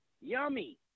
yummy